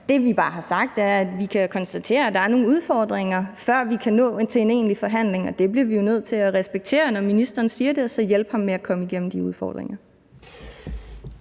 jo kan konstatere, at der er nogle udfordringer, før vi kan nå til en egentlig forhandling, og det bliver vi jo nødt til at respektere, når ministeren siger det, og så hjælpe ham med at komme igennem de udfordringer.